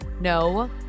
No